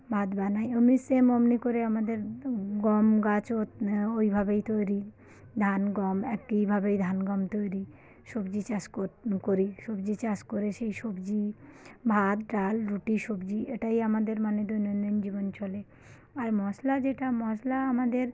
ভাত বানাই অমনি সেম অমনি করে আমাদের গম গাছও ওইভাবেই তৈরি ধান গম একইভাবেই ধান গম তৈরি সবজি চাষ করি সবজি চাষ করে সেই সবজি ভাত ডাল রুটি সবজি এটাই আমাদের মানে দৈনন্দিন জীবন চলে আর মশলা যেটা মশলা আমাদের